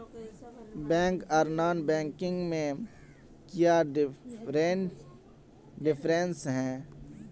Bank आर non banking में क्याँ डिफरेंस है?